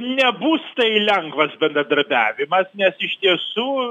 nebus tai lengvas bendradarbiavimas nes iš tiesų